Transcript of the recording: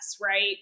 Right